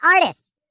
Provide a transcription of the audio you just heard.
artists